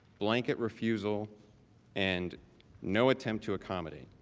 blanket refusal and no attempt to accommodate.